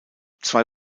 zwei